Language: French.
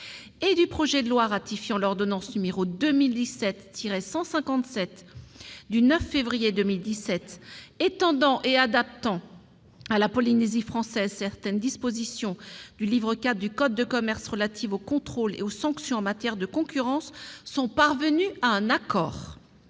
et du projet de loi ratifiant l'ordonnance n° 2017-157 du 9 février 2017 étendant et adaptant à la Polynésie française certaines dispositions du livre IV du code de commerce relatives aux contrôles et aux sanctions en matière de concurrence sont parvenues à un accord.